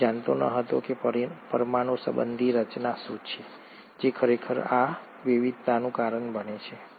તે જાણતો ન હતો કે પરમાણુ સંબંધી રચના શું છે જે ખરેખર આ વિવિધતાનું કારણ બને છે